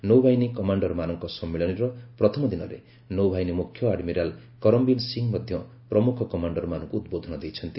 ନୌବାହିନୀ କମାଣ୍ଡରମାନଙ୍କ ସମ୍ମିଳନୀର ପ୍ରଥମ ଦିନରେ ନୌବାହିନୀ ମୁଖ୍ୟ ଆଡମିରାଲ୍ କରମବୀର ସିଂ ମଧ୍ୟ ପ୍ରମୁଖ କମାଣ୍ଡରମାନଙ୍କୁ ଉଦ୍ବୋଧନ ଦେଇଛନ୍ତି